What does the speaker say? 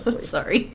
Sorry